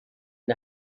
and